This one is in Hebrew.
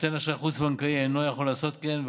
נותן אשראי חוץ-בנקאי אינו יכול לעשות כן,